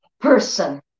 person